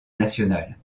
nationale